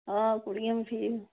हां कुड़ियां बी ठीक न